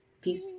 Peace